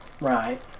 Right